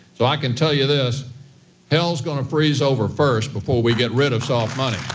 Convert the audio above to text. so i can tell you this hell's going to freeze over first before we get rid of soft money